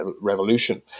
revolution